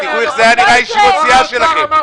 תראו איך היו נראות ישיבות הסיעה שלכם.